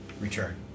return